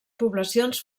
poblacions